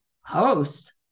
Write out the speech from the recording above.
host